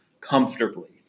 comfortably